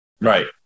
Right